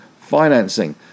financing